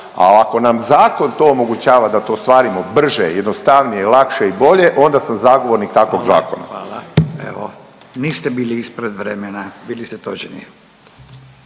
A ako nam zakon to omogućava da to ostvarimo brže, jednostavnije, lakše i bolje onda sam zagovornik takvog zakona. **Radin, Furio (Nezavisni)** Hvala. Evo hvala niste bili ispred vremena, bili ste točni.